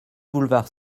boulevard